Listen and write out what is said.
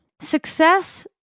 Success